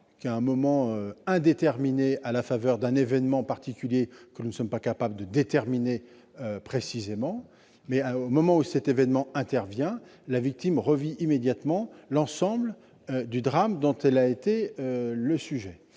à un moment indéterminé à la faveur d'un événement particulier que nous ne sommes pas capables de définir précisément. Au moment où cet événement intervient, la victime revit immédiatement l'ensemble du drame dont elle a été victime.